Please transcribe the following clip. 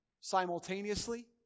simultaneously